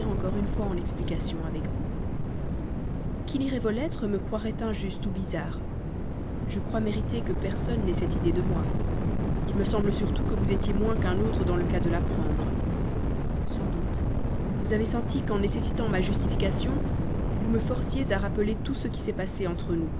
une fois en explication avec vous qui lirait vos lettres me croirait injuste ou bizarre je crois mériter que personne n'ait cette idée de moi il me semble surtout que vous étiez moins qu'un autre dans le cas de la prendre sans doute vous avez senti qu'en nécessitant ma justification vous me forciez à rappeler tout ce qui s'est passé entre nous